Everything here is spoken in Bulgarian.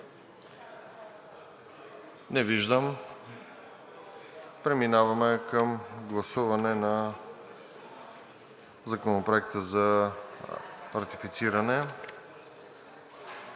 Не виждам. Преминаваме към гласуване на Законопроекта за ратифициране.